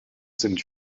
sind